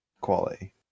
Quality